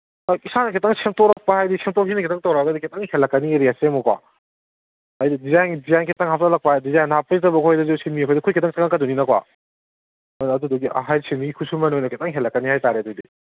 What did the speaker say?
ꯏꯁꯥꯅ ꯈꯤꯇꯪ ꯁꯦꯝꯇꯣꯔꯛꯄ ꯍꯥꯏꯗꯤ ꯁꯦꯝꯗꯣꯛ ꯁꯦꯝꯖꯤꯟ ꯇꯧꯔꯛꯑꯒꯗꯤ ꯈꯤꯇꯪ ꯍꯦꯜꯂꯛꯀꯅꯤ ꯔꯦꯠꯁꯦ ꯑꯃꯨꯛꯀꯣ ꯍꯥꯏꯗꯤ ꯗꯤꯖꯥꯏꯟ ꯈꯤꯇꯪ ꯍꯥꯞꯆꯤꯜꯂꯛꯄ ꯍꯥꯏꯗꯤ ꯗꯤꯖꯥꯏꯟ ꯍꯥꯞꯄꯁꯤꯗꯕꯨ ꯑꯩꯈꯣꯏꯗꯁꯨ ꯈꯨꯠ ꯈꯤꯇꯪ ꯆꯪꯉꯛꯀꯗꯣꯏꯅꯤꯅꯀꯣ ꯍꯣꯏ ꯑꯗꯨꯗꯨꯒꯤ ꯍꯥꯏ ꯁꯤꯟꯃꯤ ꯈꯨꯠꯁꯨꯃꯟ ꯑꯣꯏꯅ ꯈꯤꯇꯪ ꯍꯦꯜꯂꯛꯀꯅꯤ ꯍꯥꯏ ꯇꯥꯔꯦ ꯑꯗꯨꯗꯤ